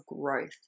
growth